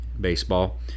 baseball